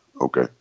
Okay